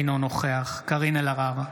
אינו נוכח קארין אלהרר,